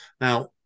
Now